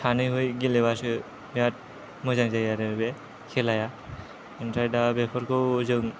सानैबो गेलेबासो बिराद मोजां जायो आरो बे खेलाया ओमफ्राय दा बेफोरखौ जों